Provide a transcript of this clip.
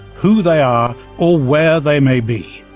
who they are, or where they may be.